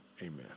Amen